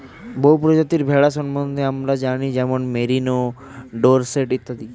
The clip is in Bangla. বহু প্রজাতির ভেড়া সম্বন্ধে আমরা জানি যেমন মেরিনো, ডোরসেট ইত্যাদি